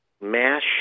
mass